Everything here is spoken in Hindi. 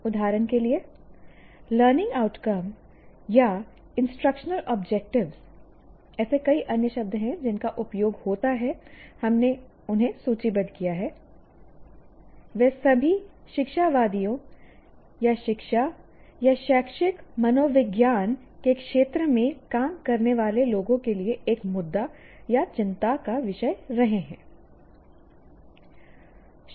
उदाहरण के लिए लर्निंग आउटकम या इंस्ट्रक्शनल ऑब्जेक्टिव्स ऐसे कई अन्य शब्द हैं जिनका उपयोग होता है हमने उन्हें सूचीबद्ध किया है वे सभी शिक्षाविदों या शिक्षा या शैक्षिक मनोविज्ञान के क्षेत्र में काम करने वाले लोगों के लिए एक मुद्दा या चिंता का विषय रहे हैं